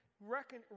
reckon